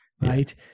right